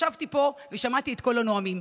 ישבתי פה ושמעתי את כל הנואמים,